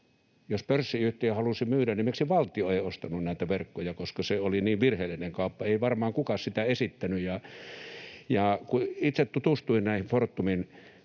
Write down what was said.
Jos pörssiyhtiö halusi myydä, niin miksi valtio ei ostanut näitä verkkoja, koska se oli niin virheellinen kauppa? Ei varmaan kukaan sitä esittänyt. Kun itse tutustuin näihin Fortumin